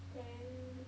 then